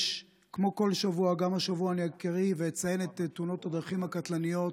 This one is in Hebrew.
כמו כל שבוע גם השבוע אני אקריא ואציין את תאונות הדרכים הקטלניות.